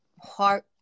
heart